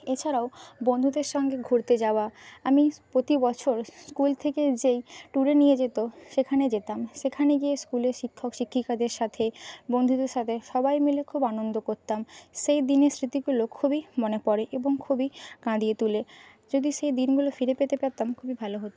এছাড়াও বন্ধুদের সঙ্গে ঘুরতে যাওয়া আমি প্রতি বছর স্কুল থেকে যেই ট্যুরে নিয়ে যেত সেখানে যেতাম সেখানে গিয়ে স্কুলের শিক্ষক শিক্ষিকাদের সাথে বন্ধুদের সাথে সবাই মিলে খুব আনন্দ করতাম সেই দিনের স্মৃতিগুলো খুবই মনে পড়ে এবং খুবই কাঁদিয়ে তোলে যদি সেই দিনগুলো ফিরে পেতে পারতাম খুবই ভালো হতো